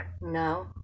No